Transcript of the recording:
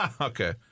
Okay